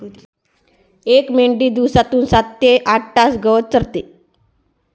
एक मेंढी दिवसातून सात ते आठ तास गवत चरते